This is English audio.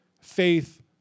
faith